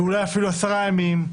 ואולי אפילו על עשרה ימים,